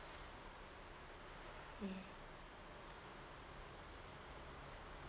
mm